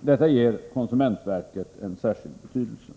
Detta ger konsumentverket en särskild betydelse.